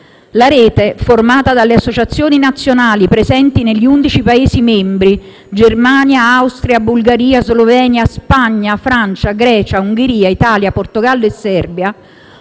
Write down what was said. La rete, formata dalle associazioni nazionali presenti negli 11 Paesi membri (Germania, Austria, Bulgaria, Slovenia, Spagna, Francia, Grecia, Ungheria, Italia, Portogallo e Serbia)